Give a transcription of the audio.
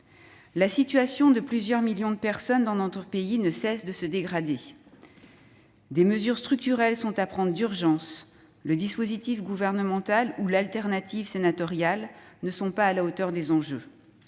La situation de plusieurs millions de personnes dans notre pays ne cesse de se dégrader. Des mesures structurelles sont à prendre d'urgence. Le dispositif gouvernemental et son alternative sénatoriale ne sont pas à la hauteur des enjeux.